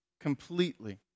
completely